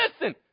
Listen